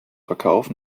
verkauf